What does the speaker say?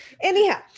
anyhow